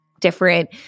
different